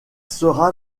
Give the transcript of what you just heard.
sera